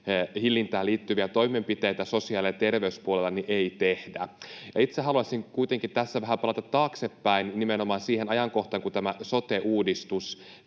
kustannushillintään liittyviä toimenpiteitä sosiaali‑ ja terveyspuolella ei tehdä. Itse haluaisin kuitenkin vähän palata taaksepäin nimenomaan siihen ajankohtaan, kun tämä sote-uudistus